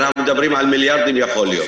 ואנחנו מדברים על מיליארדים, יכול להיות.